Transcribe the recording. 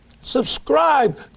Subscribe